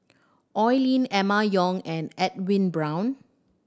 Oi Lin Emma Yong and Edwin Brown